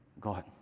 God